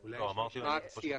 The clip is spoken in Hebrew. תחזור.